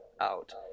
out